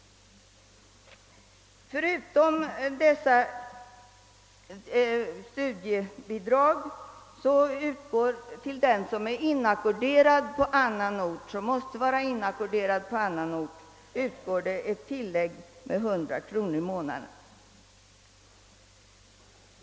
Till den som måste vara inackorderad på annan ort utgår förutom dessa studiebidrag även ett tillägg med 100 kronor i månaden.